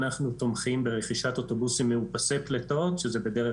אנחנו תומכים ברכישת אוטובוסים מאופסי פליטות שזה בדרך